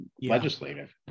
legislative